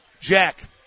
Jack